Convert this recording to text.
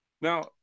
Now